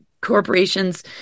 corporations